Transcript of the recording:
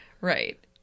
Right